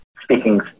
speaking